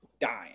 dying